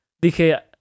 Dije